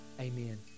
amen